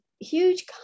huge